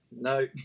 no